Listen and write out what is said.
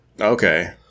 Okay